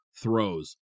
throws